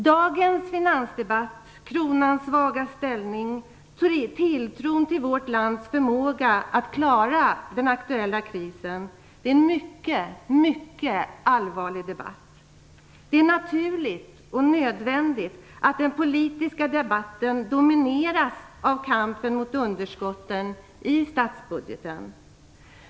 Dagens finansdebatt om kronans svaga ställning och tilltron till vårt lands förmåga att klara den aktuella krisen är en mycket allvarlig debatt. Det är naturligt och nödvändigt att den politiska debatten domineras av kampen mot underskotten i statsbudgeten.